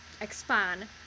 expand